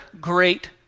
great